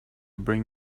bring